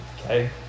okay